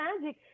magic